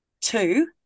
two